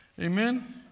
Amen